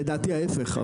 לדעתי ההיפך,